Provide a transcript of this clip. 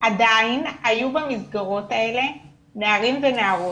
עדיין היו במסגרות האלה נערים ונערות,